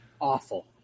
awful